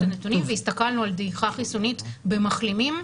הנתונים והסתכלנו על דעיכה חיסונית במחלימים,